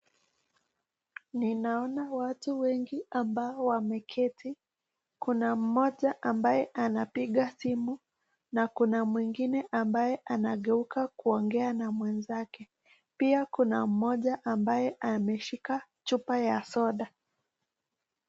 Ninaona watu wengi ambao wameketi. Kuna mmoja ambaye anapiga simu na kuna mwingine ambaye anageuka kuongea na mwrnzake. Pia kuna mmoja ambaye ameshika chupa ya soda.